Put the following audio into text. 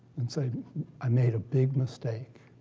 and say i made a big mistake.